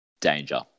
danger